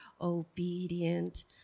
obedient